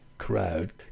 Crowd